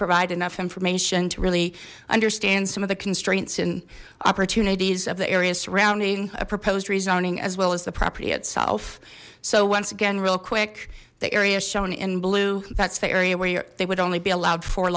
provide enough information to really understand some of the constraints and opportunities of the areas surrounding a proposed rezoning as well as the property itself so once again real quick the areas shown in blue that's the area where they would only be allowed for